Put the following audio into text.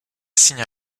signe